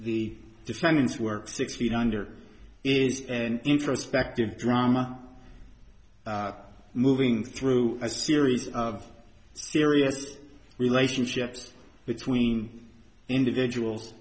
the defendant's work six feet under is an introspective drama moving through a series of serious relationships between individuals